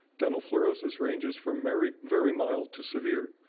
dental fluorosis ranges from very very mild to severe.